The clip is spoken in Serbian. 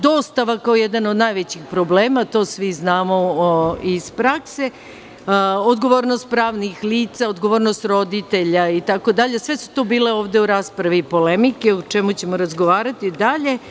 Dostava, kao jedan od najvećih problema, to svi znamo iz prakse, odgovornost pravnih lica, odgovornost roditelja, itd, sve su to bile ovde u raspravi polemike, o čemu ćemo razgovarati dalje.